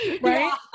Right